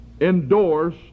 endorse